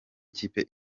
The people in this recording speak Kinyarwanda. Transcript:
kipe